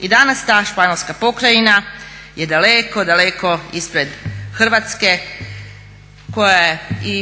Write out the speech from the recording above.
I danas ta španjolska pokrajina je daleko, daleko ispred Hrvatske, koja je i